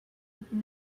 would